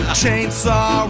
chainsaw